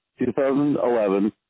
2011